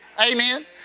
Amen